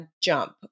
jump